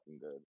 good